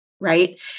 Right